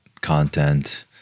content